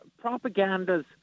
propaganda's